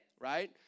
right